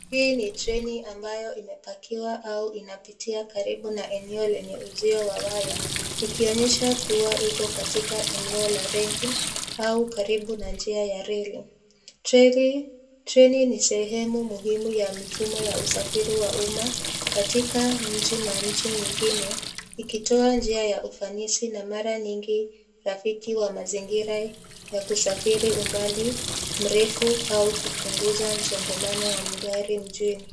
Hii ni treni ambayo imepakiwa au inapitia karibu na eneo lenye uzio wa waya. Ikionyesha kuwa iko katika eneo la reli au karibu na njia ya reli. Treni ni sehemu muhimu ya mifumo ya usafiru wa uma katika nchi na nchi nyingine. Ikitoa njia ya ufanisi na mara nyingi, rafiki wa mazingira ya kusafiri umbali mrefu, au kupunguza msongamano wa magari nchini.